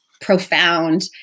profound